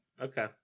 okay